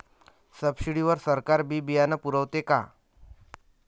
Subsidy वर सरकार बी बियानं पुरवते का?